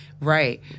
Right